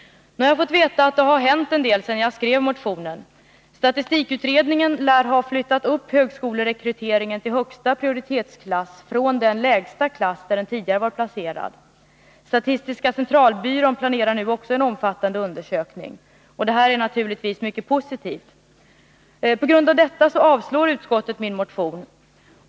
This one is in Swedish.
Nu har jag fått veta att det hänt en del sedan jag skrev motionen. Statistikutredningen lär ha flyttat upp högskolerekryteringen till högsta prioritetsklass från den lägsta klass där den tidigare var placerad. Statistiska centralbyrån planerar nu också en omfattande undersökning. Det är naturligtvis mycket positivt. På grund av detta avstyrker utskottet min motion.